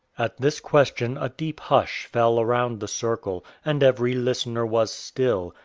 at this question a deep hush fell around the circle, and every listener was still,